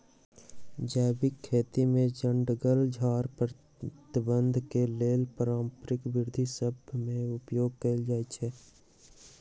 जैविक खेती में जङगल झार प्रबंधन के लेल पारंपरिक विद्ध सभ में उपयोग कएल जाइ छइ